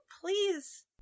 please